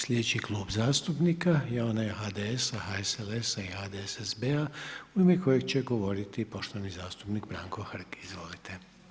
Sljedeći Klub zastupnika je onaj HDS-a, HSLS-a i HDSSB-a, u ime kojeg će govoriti poštovani zastupnik Branko Hrg, izvolite.